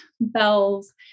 bells